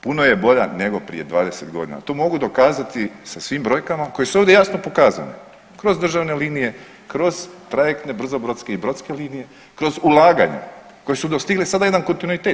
puno je bolja nego prije 20 godina, to mogu dokazati sa svim brojkama koje su ovdje jasno pokazane, kroz državne linije, kroz trajektne brzobrodske i brodske linije, kroz ulaganje koji su dostigli sada jedan kontinuitet.